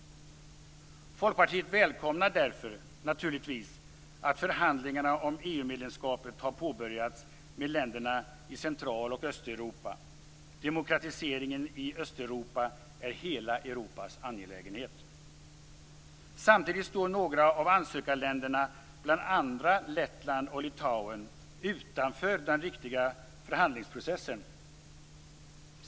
Folkpartiet välkomnar därför - naturligtvis - att förhandlingarna om EU-medlemskap har påbörjats med länderna i Central och Östeuropa. Demokratiseringen i Östeuropa är hela Europas angelägenhet. Samtidigt står några av ansökarländerna, bl.a. Lettland och Litauen, utanför den riktiga förhandlingsprocessen.